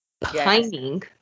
pining